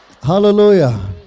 Hallelujah